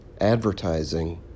advertising